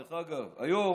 דרך אגב, היום